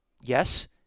Yes